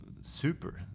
super